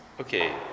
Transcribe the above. Okay